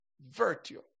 virtue